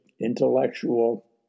intellectual